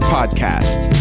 Podcast